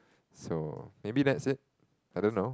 so maybe that's it I don't know